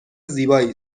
زیبایی